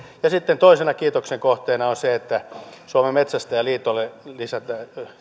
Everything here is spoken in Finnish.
sitten toisena kiitoksen kohteena on se että suomen metsästäjäliitolle